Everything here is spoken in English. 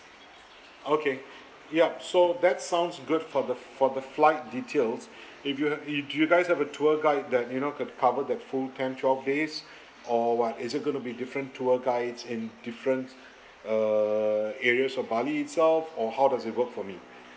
okay ya so that sounds good for the for the flight details if you have if do you guys have a tour guide that you know could cover that full ten twelve days or what is it going to be different tour guides in different err areas of bali itself or how does it work for me